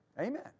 Amen